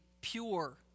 pure